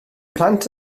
plant